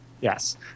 Yes